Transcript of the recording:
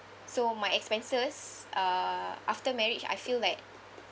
so my expenses uh after marriage I feel like